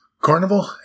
Carnival